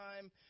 time